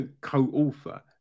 co-author